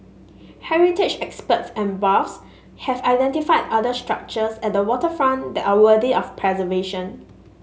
heritage experts and buffs have identified other structures at the waterfront that are worthy of preservation